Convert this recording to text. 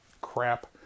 crap